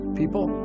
people